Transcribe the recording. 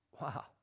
Wow